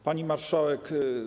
Pani Marszałek!